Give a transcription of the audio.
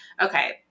okay